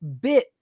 bit